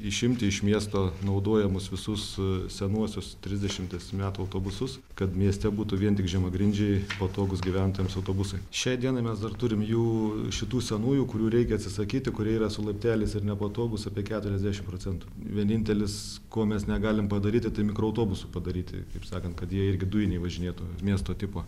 išimti iš miesto naudojamus visus senuosius trisdešimies metų autobusus kad mieste būtų vien tik žemagrindžiai patogūs gyventojams autobusai šiai dienai mes dar turim jų šitų senųjų kurių reikia atsisakyti kurie yra su laipteliais ir nepatogūs apie keturiasdešim procentų vienintelis ko mes negalim padaryti tai mikroautobusų padaryti taip sakant kad jie irgi dujiniai važinėtų miesto tipo